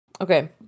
okay